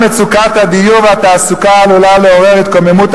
גם מצוקת הדיור והתעסוקה עלולה לעורר התקוממות